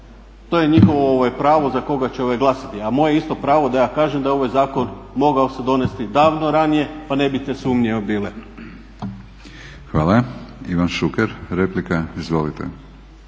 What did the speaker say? To je njihovo pravo za koga će glasati, a moje je isto pravo da ja kažem da ovaj zakon mogao se donesti davno ranije pa ne bi te sumnje bile. **Batinić, Milorad (HNS)**